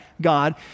God